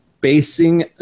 basing